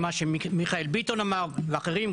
מה שמיכאל ביטון אמר ואחרים,